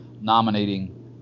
nominating